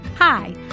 Hi